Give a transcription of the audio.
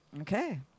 Okay